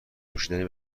نوشیدنی